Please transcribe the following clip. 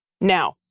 Now